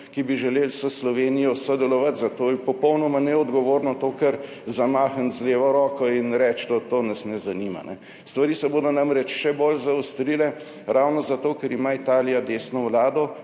ki bi želeli s Slovenijo sodelovati. Zato je popolnoma neodgovorno kar zamahniti z levo roko in reči, tudi to nas ne zanima. Stvari se bodo namreč še bolj zaostrile ravno zato, ker ima Italija desno vlado,